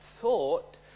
thought